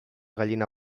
gallina